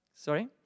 Sorry